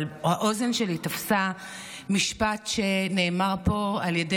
אבל האוזן שלי תפסה משפט שנאמר פה על ידי